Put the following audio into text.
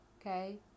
Okay